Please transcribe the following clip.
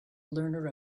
learner